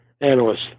analysts